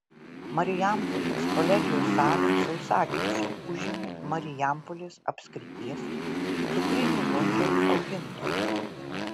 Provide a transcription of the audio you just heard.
marijampolės kolegijos salę sausakimšai užėmė marijampolės apskrities cukrinių runkelių augintojai